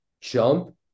jump